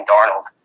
Darnold